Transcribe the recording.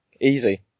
Easy